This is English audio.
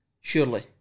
surely